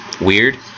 weird